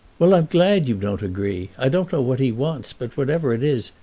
well, i'm glad you don't agree. i don't know what he wants, but, whatever it is,